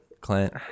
Clint